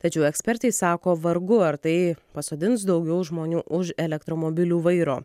tačiau ekspertai sako vargu ar tai pasodins daugiau žmonių už elektromobilių vairo